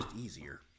easier